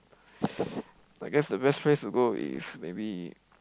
I guess the best to go is maybe